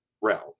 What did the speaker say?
realm